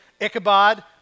Ichabod